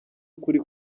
ukuri